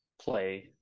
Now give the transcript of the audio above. play